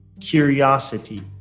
curiosity